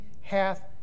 hath